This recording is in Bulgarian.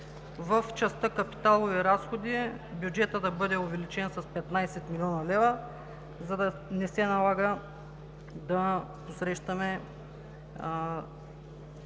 в частта „Капиталови разходи“ бюджетът да бъде увеличен с 15 млн. лв., за да не се налага да посрещаме